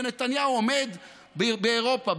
נתניהו עומד באירופה,